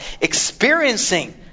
experiencing